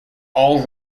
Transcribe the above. all